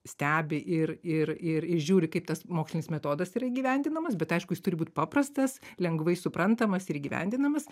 stebi ir ir ir žiūri kaip tas mokslinis metodas yra įgyvendinamas bet aišku jis turi būt paprastas lengvai suprantamas ir įgyvendinamas